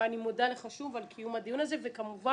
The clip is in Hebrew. אני מודה לך שוב על קיום הדיון הזה וכמובן